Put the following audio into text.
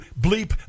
bleep